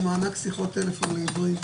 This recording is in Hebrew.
מענק שיחות טלפון לעיוורים.